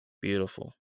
Beautiful